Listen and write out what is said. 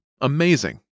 amazing